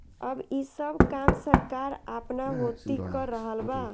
अब ई सब काम सरकार आपना होती कर रहल बा